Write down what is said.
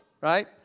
right